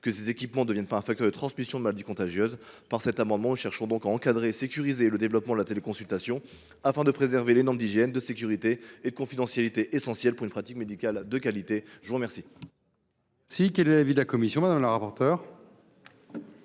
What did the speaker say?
que ces équipements ne deviennent pas un facteur de transmission de maladies contagieuses. Par cet amendement, nous cherchons à encadrer et sécuriser le développement de la téléconsultation, et à faire appliquer les normes d’hygiène, de sécurité et de confidentialité essentielles pour une pratique médicale de qualité. Quel